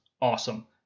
awesome